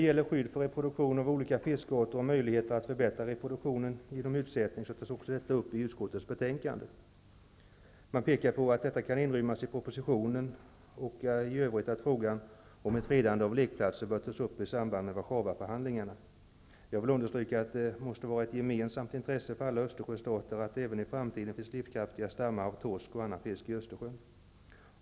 Också skydd för reproduktion av olika fiskarter och möjligheter att förbättra reproduktionen genom utsättning tas upp i utskottets betänkande. Man pekar på att detta kan inrymmas i propositionen och säger i övrigt att frågan om ett fredande av lekplatser bör tas upp i samband med Warszawaförhandlingarna. Jag vill understryka att det måste vara ett gemensamt intresse för alla Östersjöstater att det även i framtiden finns livskraftiga stammar av torsk och annan fisk i Östersjön.